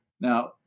Now